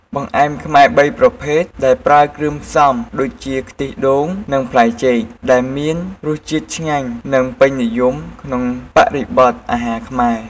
បង្អែមខ្មែរ ៣ ប្រភេទ ដែលប្រើគ្រឿងផ្សំដូចជា ខ្ទិះដូង និងផ្លែចេក ដែលមានរសជាតិឆ្ងាញ់ និងពេញនិយមក្នុងបរិបទអាហារខ្មែរ។